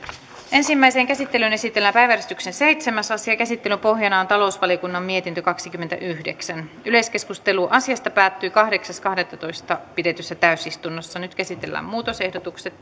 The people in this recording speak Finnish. ensimmäiseen käsittelyyn esitellään päiväjärjestyksen seitsemäs asia käsittelyn pohjana on talousvaliokunnan mietintö kaksikymmentäyhdeksän yleiskeskustelu asiasta päättyi kahdeksas kahdettatoista kaksituhattakuusitoista pidetyssä täysistunnossa nyt käsitellään muutosehdotukset